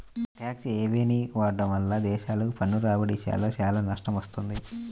tax హెవెన్ని వాడటం వల్ల దేశాలకు పన్ను రాబడి విషయంలో చాలా నష్టం వస్తుంది